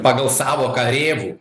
pagal savoką rėvų